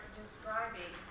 describing